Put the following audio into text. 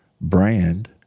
brand